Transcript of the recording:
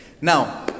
Now